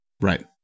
Right